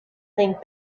think